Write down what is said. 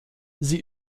sie